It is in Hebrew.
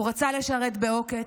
הוא רצה לשרת בעוקץ,